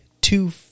two